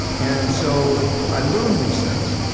and so i learned these things.